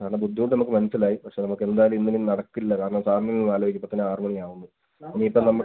സാറിൻ്റെ ബുദ്ധിമുട്ട് നമുക്ക് മനസ്സിലായി പക്ഷേ നമുക്ക് എന്തായാലും ഇന്ന് ഇനി നടക്കില്ല കാരണം സാറിന് ആലോചിക്കാം ഇപ്പം തന്നെ ആറ് മണിയാവുന്നു ഇനി ഇപ്പോൾ നമ്മൾ